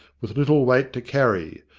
with little weight to carry.